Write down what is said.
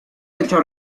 pecho